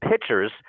pitchers